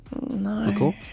No